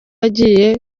agiye